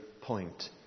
point